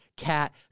Cat